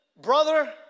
brother